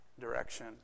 direction